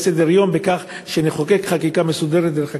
סדר-היום בכך שנחוקק חקיקה מסודרת דרך הכנסת.